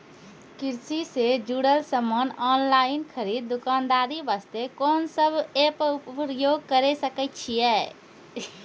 कृषि से जुड़ल समान ऑनलाइन खरीद दुकानदारी वास्ते कोंन सब एप्प उपयोग करें सकय छियै?